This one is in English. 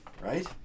Right